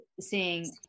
seeing